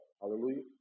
Hallelujah